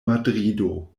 madrido